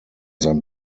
sein